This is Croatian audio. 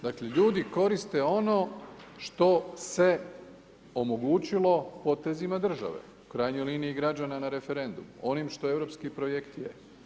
Dakle, ljudi koriste ono što se omogućilo potezima države, u krajnjoj liniji građana na referendumu, onim što europski projekt je.